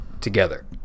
together